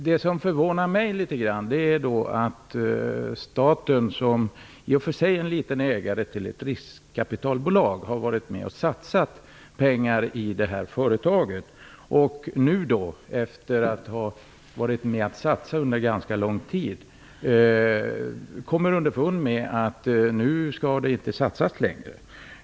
Det som förvånar mig litet grand är att staten - som i och för sig är en liten ägare till ett riskkapitalbolag - efter att ha varit med och satsat pengar i detta företag under ganska lång tid, nu kommer underfund med att det inte skall satsas pengar längre.